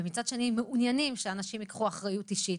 ומצד שני מעוניינים שאנשים ייקחו אחריות אישית